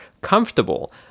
comfortable